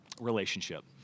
relationship